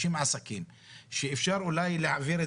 אם למשל במג'דל כרום יש 50 עסקים שאפשר אולי להעביר את